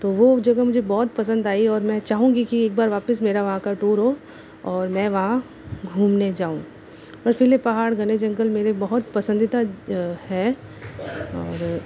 वह जगह मुझे बहुत पसंद आई और मैं चाहूँगी कि एक बार वापस मेरा वहाँ का टूर हो और मैं वहाँ घूमने जाऊँ बर्फीले पहाड़ घने जंगल मेरे बहुत पसंदीदा हैं और